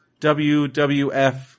WWF